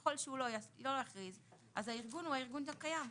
ככל שהוא לא יכריז אז הארגון הוא הארגון הקיים.